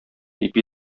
ипи